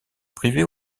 privée